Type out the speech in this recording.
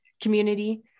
community